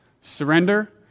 Surrender